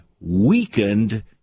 weakened